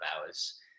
hours